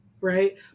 Right